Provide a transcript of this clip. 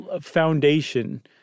foundation